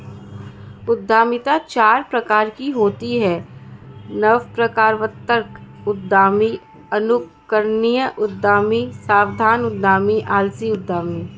उद्यमिता चार प्रकार की होती है नवप्रवर्तक उद्यमी, अनुकरणीय उद्यमी, सावधान उद्यमी, आलसी उद्यमी